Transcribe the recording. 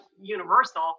Universal